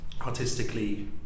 artistically